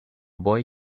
boy